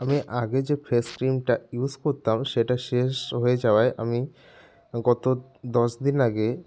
আমি আগে যে ফেস ক্রিমটা ইউজ করতাম সেটা শেষ হয়ে যাওয়ায় আমি গত দশ দিন আগে